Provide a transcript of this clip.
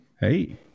Hey